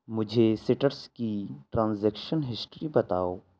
مجھے سٹرس کی ٹرانزیکشن ہسٹری بتاؤ